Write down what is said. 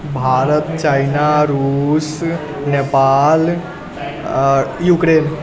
Bharat China रूस Nepal Ukraine